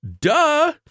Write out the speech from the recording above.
duh